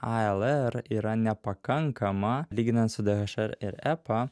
alr yra nepakankama lyginant su dhr ir epa